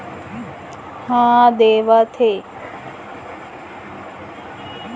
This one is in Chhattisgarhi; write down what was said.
मइनसे मन ह बने ईमान ले समे म पइसा ल छूट देही कहिके बेंक ह लोन ल देथे